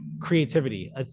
creativity